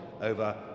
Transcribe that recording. over